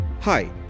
Hi